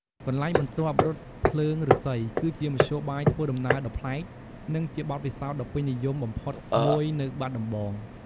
កន្លែងបន្ទាប់ រថភ្លើងឫស្សីគឺជាមធ្យោបាយធ្វើដំណើរដ៏ប្លែក និងជាបទពិសោធន៍ដ៏ពេញនិយមបំផុតមួយនៅបាត់ដំបង។